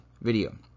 video